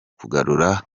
kugarura